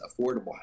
Affordable